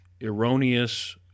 erroneous